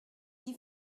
die